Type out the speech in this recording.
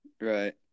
Right